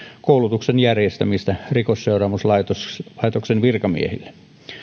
koulutuksen järjestämistä rikosseuraamuslaitoksen virkamiehille